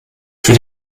für